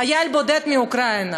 חייל בודד מאוקראינה.